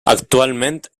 actualment